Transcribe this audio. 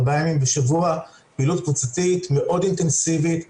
ארבעה ימים בשבוע פעילות קבוצתית מאוד אינטנסיבית,